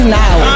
now